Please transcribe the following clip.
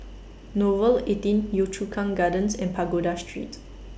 Nouvel eighteen Yio Chu Kang Gardens and Pagoda Street